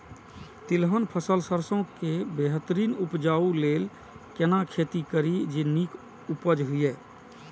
तिलहन फसल सरसों के बेहतरीन उपजाऊ लेल केना खेती करी जे नीक उपज हिय?